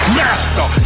master